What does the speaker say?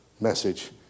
message